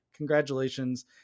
Congratulations